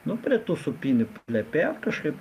nu prie tų sūpynių plepėjo kažkaip